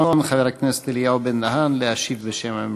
חבר הכנסת אלי בן-דהן להשיב בשם הממשלה.